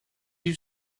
you